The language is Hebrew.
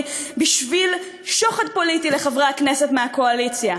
בשביל שוחד פוליטי לחברי הכנסת מהקואליציה,